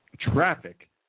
traffic